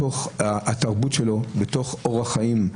בתוך התרבות שלו, במסגרת אורח חייו.